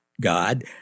God